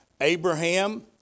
Abraham